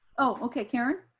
oh okay, karen.